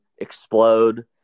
explode